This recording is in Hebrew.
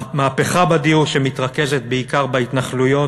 מהפכה בדיור שמתרכזת בעיקר בהתנחלויות,